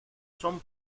son